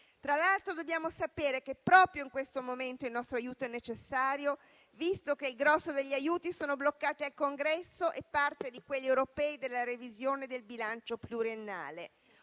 Tra l'altro, dobbiamo sapere che proprio in questo momento il nostro aiuto è necessario, visto che il grosso degli aiuti è bloccato al Congresso e parte di quelli europei dalla revisione del bilancio pluriennale.